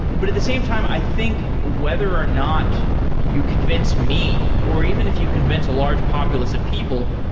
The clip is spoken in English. but at the same time, i think whether or not you convinced me or even if you convince a large populace of people,